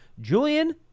Julian